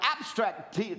abstract